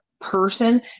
person